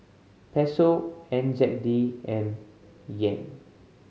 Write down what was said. Peso N Z D and Yen